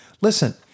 Listen